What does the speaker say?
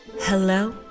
Hello